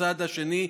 מהצד השני,